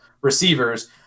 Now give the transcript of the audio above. receivers